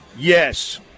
Yes